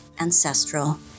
ancestral